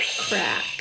Crack